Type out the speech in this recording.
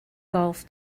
golf